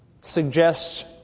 suggests